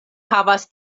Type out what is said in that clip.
havas